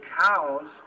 cows